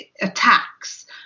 attacks